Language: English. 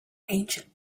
ancient